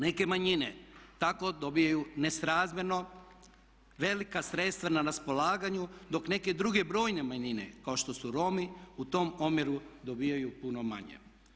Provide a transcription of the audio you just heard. Neke manjine tako dobivaju nesrazmjerno velika sredstva na raspolaganju dok neke druge brojne manjine kao što su Romi u tom omjeru dobivaju puno manje.